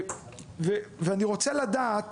אני רוצה לדעת